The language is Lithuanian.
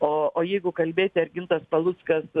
o o jeigu kalbėti ar gintas paluckas